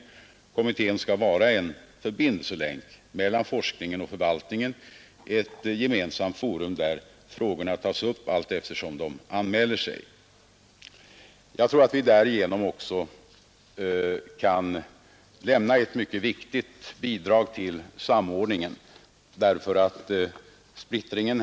Kommittén skall vara en förbindelselänk mellan forskningen och förvaltningen, ett gemensamt forum där frågorna tas upp allteftersom de anmäler sig. Jag tror att vi därigenom också kan lämna ett värdefullt bidrag till samordningen.